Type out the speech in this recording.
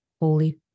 Holy